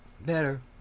better